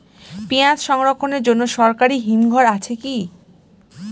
পিয়াজ সংরক্ষণের জন্য সরকারি হিমঘর আছে কি?